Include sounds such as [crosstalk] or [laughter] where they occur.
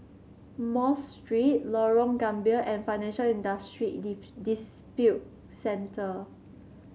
Mosque Street Lorong Gambir and Financial Industry [unintelligible] Dispute Center